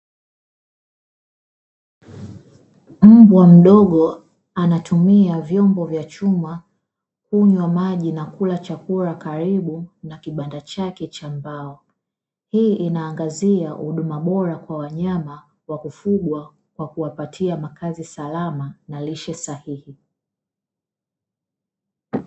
Mbwa mdogo anatumia vyombo vya chuma kunywa maji na kula chakula karibu na kibanda chake cha mbao. Hii inaangazia huduma bora kwa wanyama wa kufugwa kwa kuwapatia makazi salama na lishe sahihi.